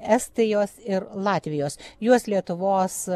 estijos ir latvijos juos lietuvos